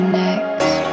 next